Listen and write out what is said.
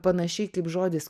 panašiai kaip žodis